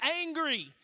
angry